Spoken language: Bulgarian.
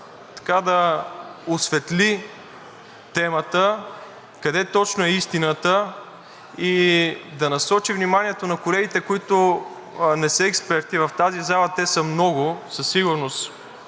може да осветли темата къде точно е истината и да насочи вниманието на колегите, които не са експерти. В тази зала те са много, със сигурност,